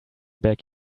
back